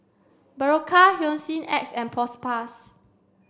Berocca Hygin X and Propass